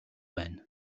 байна